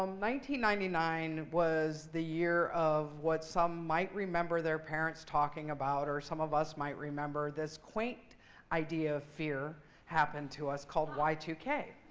um ninety ninety nine was the year of what some might remember their parents talking about or some of us might remember this quaint idea of fear happened to us called y two k.